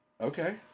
Okay